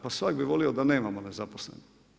Pa svatko bi volio da nemamo nezaposlenih.